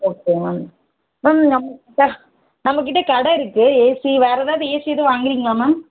okay ma'am ma'am நம்மக்கிட்ட நம்மக்கிட்ட கடை இருக்குது ஏசி வேறு ஏதாவுது ஏசி எதுவும் வாங்குறிங்களா மேம்